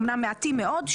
אמנם מעטים מאוד,